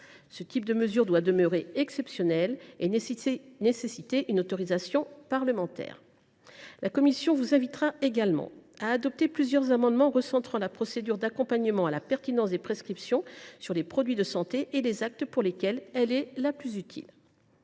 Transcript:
Ce type de mesures doit demeurer exceptionnel et nécessiter une autorisation parlementaire. Nous vous inviterons également à recentrer la procédure d’accompagnement à la pertinence des prescriptions sur les produits de santé et les actes pour lesquels elle est la plus utile.